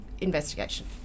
investigation